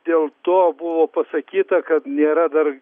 dėl to buvo pasakyta kad nėra dar